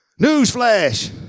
Newsflash